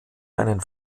einen